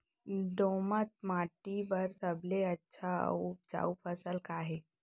दोमट माटी बर सबले अच्छा अऊ उपजाऊ फसल का हे?